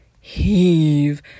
heave